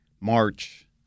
March